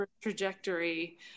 trajectory